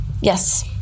Yes